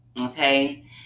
Okay